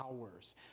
hours